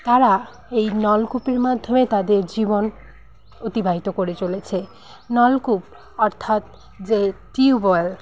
তারা এই নলকূপের মাধ্যমে তাদের জীবন অতিবাহিত করে চলেছে নলকূপ অর্থাৎ যে টিউবওয়েল